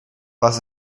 was